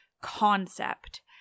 concept